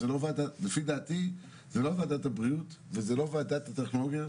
לפי דעתי זה לא וועדת הבריאות וזה לא וועדת הטכנולוגיה,